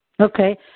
Okay